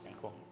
Cool